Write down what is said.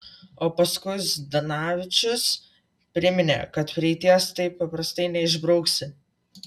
o paskui zdanavičius priminė kad praeities taip paprastai neišbrauksi